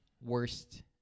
worst